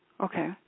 Okay